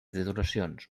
titulacions